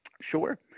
sure